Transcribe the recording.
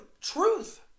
truth